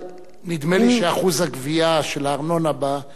נדמה לי שאחוז הגבייה של הארנונה בציבור